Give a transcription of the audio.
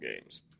games